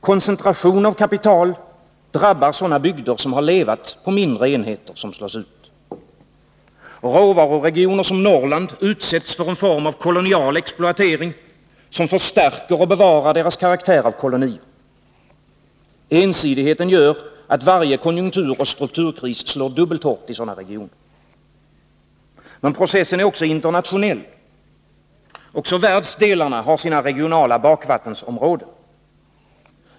Koncentration av kapital drabbar sådana bygder som levt på mindre enheter, som slås ut. Råvaruregioner som Norrland utsätts för en form av kolonial exploatering som förstärker och bevarar regionernas karaktär av koloni. Ensidigheten gör att varje konjunkturoch strukturkris slår dubbelt så hårt i sådana regioner. Processen är också internationell. Också världsdelarna har sina regionala bakvattensområden.